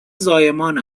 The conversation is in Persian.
زایمان